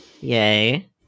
Yay